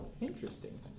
interesting